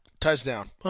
Touchdown